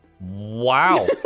Wow